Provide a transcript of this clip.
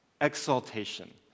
exaltation